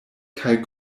kaj